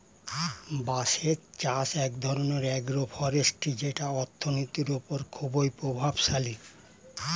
বাঁশের চাষ এক ধরনের আগ্রো ফরেষ্ট্রী যেটা অর্থনীতির ওপর খুবই প্রভাবশালী